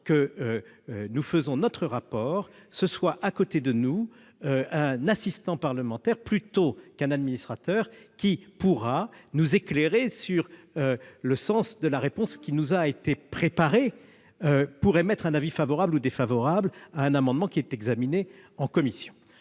où nous faisons notre rapport s'assoie à nos côtés un assistant parlementaire, plutôt qu'un administrateur, pour nous éclairer sur le sens de la réponse qui nous a été préparée en vue d'émettre un avis favorable ou défavorable à un amendement examiné en commission.